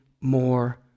more